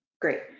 Great